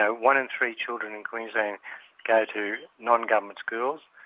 ah one in three children in queensland go to non-government schools,